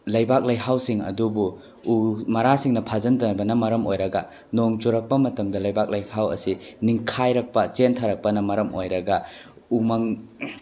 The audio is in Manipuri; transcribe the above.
ꯂꯩꯕꯥꯛ ꯂꯩꯍꯥꯎꯁꯤꯡ ꯑꯗꯨꯕꯨ ꯎ ꯃꯔꯥꯁꯤꯡꯅ ꯐꯖꯤꯟꯗꯕꯅ ꯃꯔꯝ ꯑꯣꯏꯔꯒ ꯅꯣꯡ ꯆꯨꯔꯛꯄ ꯃꯇꯝꯗ ꯂꯩꯕꯥꯛ ꯂꯩꯍꯥꯎ ꯑꯁꯤ ꯅꯤꯡꯈꯥꯏꯔꯛꯄ ꯆꯦꯟꯊꯔꯛꯄꯅ ꯃꯔꯝ ꯑꯣꯏꯔꯒ ꯎꯃꯪ